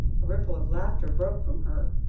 a ripple of laughter broke from her.